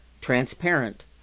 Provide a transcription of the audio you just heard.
transparent